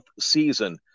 season